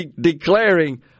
declaring